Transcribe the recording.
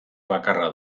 bakarra